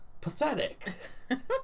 pathetic